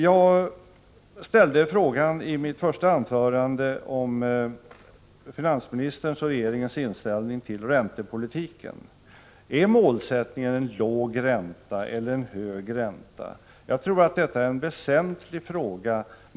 Jag ställde i mitt första anförande en fråga om finansministerns och regeringens inställning till räntepolitiken. Är målet en låg ränta eller en hög ränta? Jag tror att detta är en väsentlig fråga.